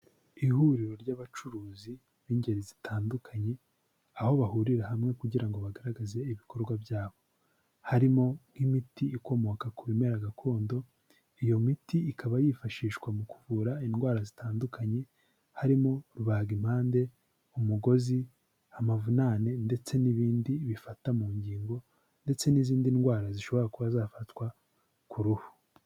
Ihuriro ry'abacuruzi b'ingeri zitandukanye, aho bahurira hamwe kugira ngo bagaragaze ibikorwa byabo, harimo: nk'imiti ikomoka ku bimera gakondo, iyo miti ikaba yifashishwa mu kuvura indwara zitandukanye, Harimo rubagimpande, umugozi, amavunane ndetse n'ibindi bifata mu ngingo, ndetse n'izindi ndwara zishobora kuba zafatwa ku ruhu.